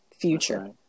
future